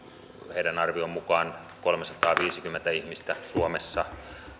heidän arvionsa mukaan kolmesataaviisikymmentä ihmistä suomessa